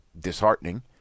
disheartening